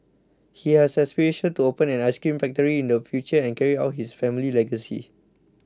he has aspirations to open an ice cream factory in the future and carry on his family legacy